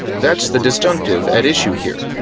that's the disjunctive at issue here.